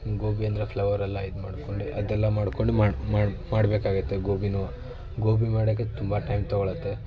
ಗೋಬಿ ಅಂದರೆ ಫ್ಲವರೆಲ್ಲ ಇದು ಮಾಡ್ಕೊಂಡು ಅದೆಲ್ಲ ಮಾಡ್ಕೊಂಡು ಮಾಡಿ ಮಾಡಿ ಮಾಡ್ಬೇಕಾಗುತ್ತೆ ಗೋಬಿಯೂ ಗೋಬಿ ಮಾಡೋಕ್ಕೆ ತುಂಬ ಟೈಮ್ ತೊಗೊಳ್ಳುತ್ತೆ